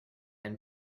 and